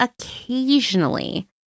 occasionally